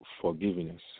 forgiveness